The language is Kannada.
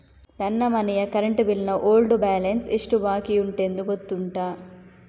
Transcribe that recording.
ನನ್ನ ಮನೆಯ ಕರೆಂಟ್ ಬಿಲ್ ನ ಓಲ್ಡ್ ಬ್ಯಾಲೆನ್ಸ್ ಎಷ್ಟು ಬಾಕಿಯುಂಟೆಂದು ಗೊತ್ತುಂಟ?